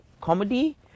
comedy